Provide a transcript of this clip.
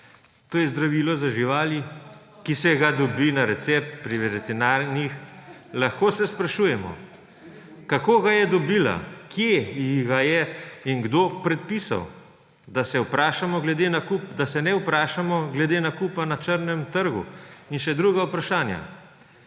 To je zdravilo za živali, ki se ga dobi na recept pri veterinarjih. Lahko se sprašujemo, kako ga je dobila, kje in kdo ji ga je predpisal. Da se ne vprašamo glede nakupa na črnem trgu in še drugih vprašanj.